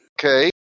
Okay